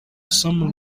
some